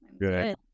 good